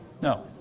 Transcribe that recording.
No